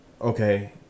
Okay